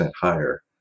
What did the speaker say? higher